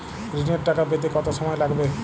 ঋণের টাকা পেতে কত সময় লাগবে?